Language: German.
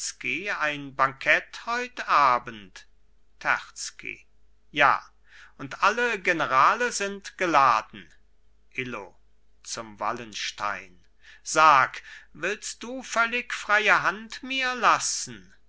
terzky ein bankett heut abend terzky ja und alle generale sind geladen illo zum wallenstein sag willst du völlig freie hand mir lassen